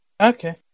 Okay